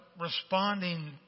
responding